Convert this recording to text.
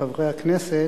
חברי הכנסת,